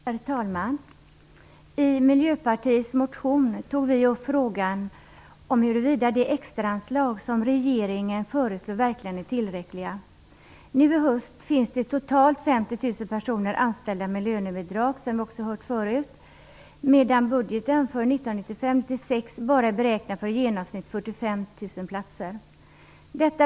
Herr talman! I Miljöpartiets motion tog vi upp frågan om huruvida de extraanslag som regeringen föreslår verkligen är tillräckliga. Som tidigare nämnts finns det nu under hösten totalt 50 000 personer anställda med lönebidrag medan beräkningarna i budgeten för 1995/96 bara ger utrymme för i genomsnitt 45 000 platser.